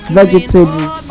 vegetables